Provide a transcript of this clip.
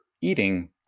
eating